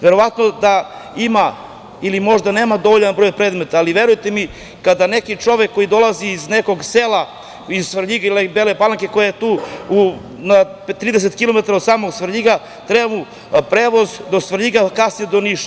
Verovatno da ima ili možda nema dovoljan broj predmeta, ali verujte mi, kada neki čovek dolazi iz nekog sela iz Svrljiga i Bele Palanke koje je na 30 kilometara od samog Svrljiga, treba mu prevoz do Svrljiga, a kasnije do Niša.